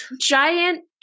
giant